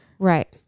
Right